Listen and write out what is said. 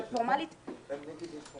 אבל פורמלית אין טענה.